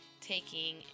taking